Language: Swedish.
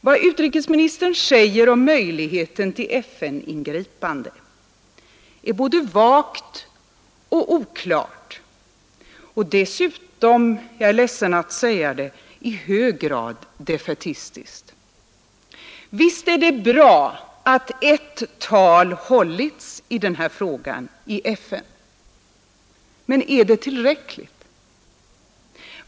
Vad utrikesministern säger om möjligheten till FN-ingripande är både vagt och oklart och dessutom — jag är ledsen att säga det — i hög grad defaitistiskt. Visst är det bra, att ett tal hållits i den här frågan i FN. Men är det tillräckligt?